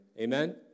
Amen